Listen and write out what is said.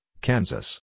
Kansas